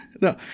No